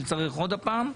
אני אצטרך עוד הפעם?